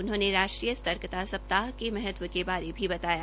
उन्होंने राष्ट्रीय सर्तकता सप्ताह के महत्व के बारे भी बताया